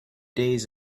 days